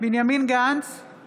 בנימין גנץ, אינו